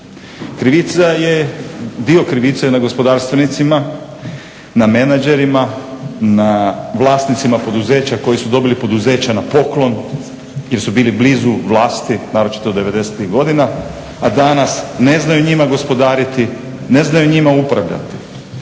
krivice je na gospodarstvenicima, na menadžerima, na vlasnicima poduzeća koji su dobili poduzeća na poklon jer su bili blizu vlasti naročito 90-tih godina. A danas ne znaju njima gospodariti, ne znaju njima upravljati.